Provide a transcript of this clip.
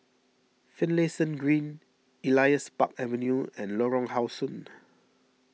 Finlayson Green Elias Park Avenue and Lorong How Sun